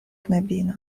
knabino